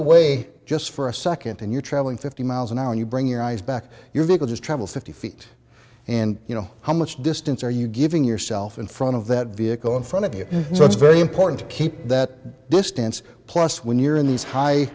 away just for a second and you're traveling fifty miles an hour when you bring your eyes back your vehicle just travels fifty feet and you know how much distance are you giving yourself in front of that vehicle in front of you so it's very important to keep that distance plus when you're in these high